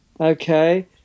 okay